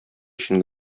өчен